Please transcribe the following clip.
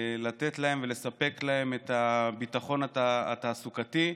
לתת להם ולספק להם את הביטחון התעסוקתי.